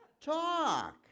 Talk